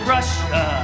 Russia